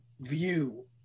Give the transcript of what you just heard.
view